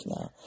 now